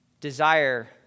desire